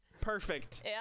Perfect